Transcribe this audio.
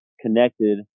connected